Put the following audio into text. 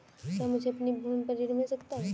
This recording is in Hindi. क्या मुझे अपनी भूमि पर ऋण मिल सकता है?